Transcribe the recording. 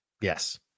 Yes